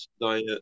diet